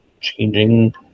changing